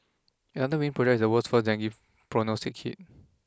another winning project is the world's first Dengue prognostic kit